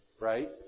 Right